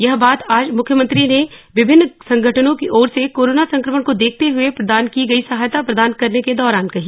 यह बात आज मुख्यमंत्री ने विभिन्न संघटनों की ओर से कोरोना संक्रमण को देखते हुए प्रदान की गयी सहायता प्रदान करने के दौरान कही